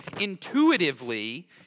Intuitively